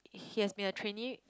he has been a trainee